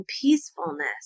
peacefulness